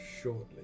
shortly